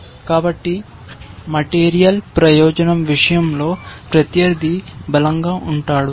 కాబట్టి మెటీరియల్ ప్రయోజనం విషయంలో ప్రత్యర్థి బలంగా ఉంటాడు